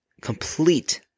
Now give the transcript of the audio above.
complete